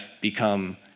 become